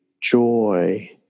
joy